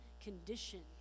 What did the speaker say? condition